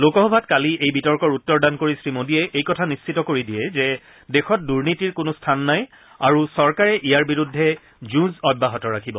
লোকসভাত কালি এই বিতৰ্কৰ উত্তৰ দান কৰি শ্ৰীমোডীয়ে এই কথা নিশ্চিত কৰি দিয়ে যে দেশত দুনীতিৰ কোনো স্থান নাই আৰু চৰকাৰে ইয়াৰ বিৰুদ্ধে যুঁজ অব্যাহত ৰাখিব